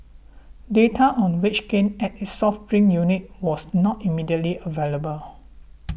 data on wage gains at its soft drink unit was not immediately available